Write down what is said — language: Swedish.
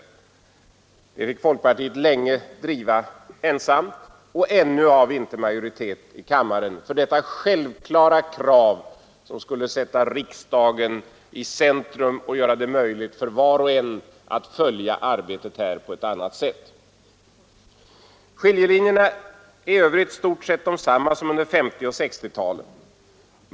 Den frågan fick folkpartiet länge driva ensamt, och ännu har vi inte majoritet i kammaren för detta självklara krav som skulle sätta riksdagen i centrum och göra det möjligt för var och en att följa arbetet här på ett annat sätt än för närvarande. Skiljelinjerna i övrigt är i stort sett desamma som under 1950 och 1960-talen.